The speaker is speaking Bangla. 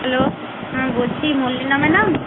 হ্যালো হ্যাঁ বলছি মলিনা ম্যাডাম